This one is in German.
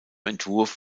entwurf